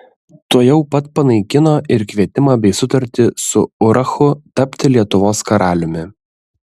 tuojau pat panaikino ir kvietimą bei sutartį su urachu tapti lietuvos karaliumi